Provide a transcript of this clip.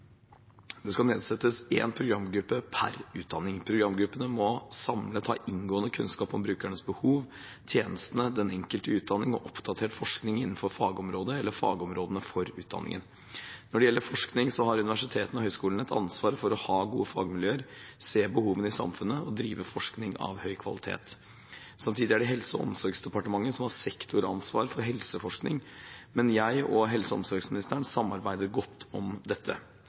Det skal nedsettes én programgruppe per utdanning. Programgruppene må samlet ha inngående kunnskap om brukernes behov, tjenestene, den enkelte utdanning og oppdatert forskning innenfor fagområdet eller fagområdene for utdanningen. Når det gjelder forskning, har universitetene og høyskolene et ansvar for å ha gode fagmiljøer, se behovene i samfunnet og drive forskning av høy kvalitet. Samtidig er det Helse- og omsorgsdepartementet som har sektoransvar for helseforskning, men jeg og helse- og omsorgsministeren samarbeider godt om dette.